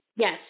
Yes